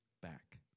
back